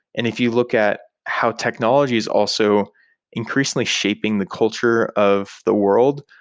and if you look at how technology is also increasingly shaping the culture of the world,